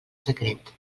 secret